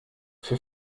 für